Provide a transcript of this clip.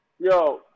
Yo